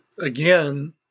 again